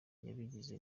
yabigize